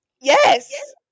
Yes